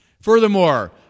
Furthermore